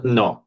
no